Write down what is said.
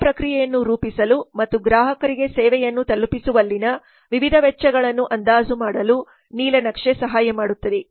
ಸೇವಾ ಪ್ರಕ್ರಿಯೆಯನ್ನು ರೂಪಿಸಲು ಮತ್ತು ಗ್ರಾಹಕರಿಗೆ ಸೇವೆಯನ್ನು ತಲುಪಿಸುವಲ್ಲಿನ ವಿವಿಧ ವೆಚ್ಚಗಳನ್ನು ಅಂದಾಜು ಮಾಡಲು ನೀಲನಕ್ಷೆ ಸಹಾಯ ಮಾಡುತ್ತದೆ